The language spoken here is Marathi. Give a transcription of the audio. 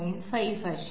5 अशी आहे